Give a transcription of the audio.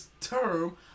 term